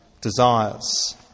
desires